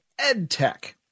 edtech